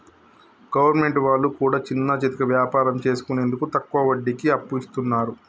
government వాళ్లు కూడా చిన్నాచితక వ్యాపారం చేసుకునేందుకు తక్కువ వడ్డీకి అప్పు ఇస్తున్నరు